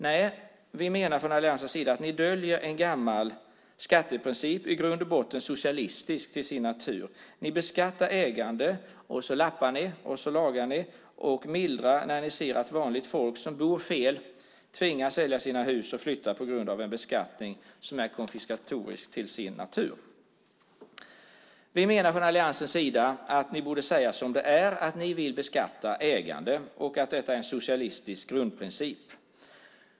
Nej, vi menar från alliansens sida att ni döljer en gammal skatteprincip, som i grund och botten är socialistisk till sin natur. Ni beskattar ägande. Och så lappar ni och lagar och mildrar när ni ser att vanligt folk som bor fel tvingas sälja sina hus och flytta på grund av en beskattning som är konfiskatorisk till sin natur. Vi menar från alliansens sida att ni borde säga som det är, att ni vill beskatta ägande och att detta är en socialistisk grundprincip.